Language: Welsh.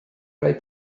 roi